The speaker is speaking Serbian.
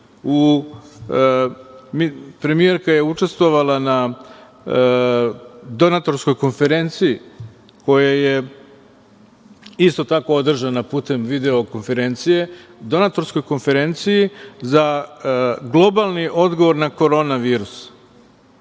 premijerka je učestvovala na Donatorskoj konferenciji koja je isto tako održana putem video konferencije, Donatorskoj konferenciji za globalni odgovor na koronavirus,